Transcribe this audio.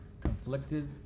conflicted